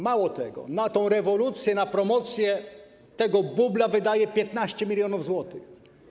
Mało tego, na tę rewolucję, na promocję tego bubla wydaje 15 mln zł.